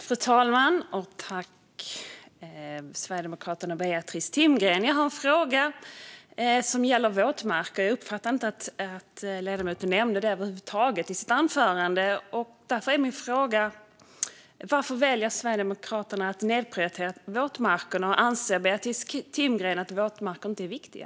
Fru talman! Jag har en fråga som gäller våtmarker. Jag uppfattade inte att ledamoten nämnde detta över huvud taget i sitt anförande. Därför är min fråga: Varför väljer Sverigedemokraterna att nedprioritera våtmarkerna? Och anser Beatrice Timgren att våtmarker inte är viktiga?